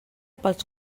pels